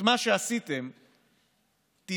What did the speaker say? חברים,